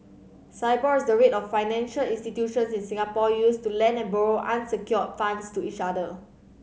Sibor is the rate of financial institutions in Singapore use to lend and borrow unsecured funds to each other